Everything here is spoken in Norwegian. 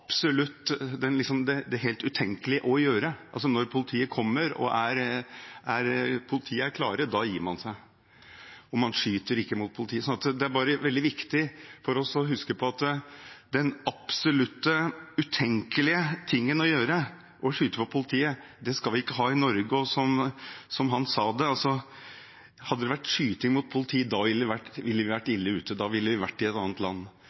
klare, da gir man seg, og man skyter ikke mot politiet. Det er veldig viktig for oss å huske på at den absolutt utenkelige tingen å gjøre, å skyte på politiet– slik skal vi ikke ha det i Norge. Som han sa det: Hadde det vært skyting mot politiet, da ville vi vært ille ute, da ville vi vært i et annet land.